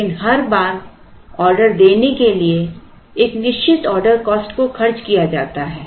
लेकिन हर बार ऑर्डर देने के लिए एक निश्चित ऑर्डर कॉस्ट को खर्च किया जाता है